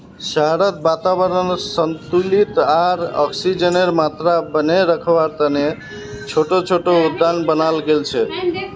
शहरत वातावरनक संतुलित आर ऑक्सीजनेर मात्रा बनेए रखवा तने छोटो छोटो उद्यान बनाल गेल छे